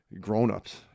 grown-ups